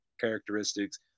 characteristics